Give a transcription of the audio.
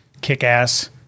kick-ass